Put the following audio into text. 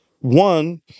One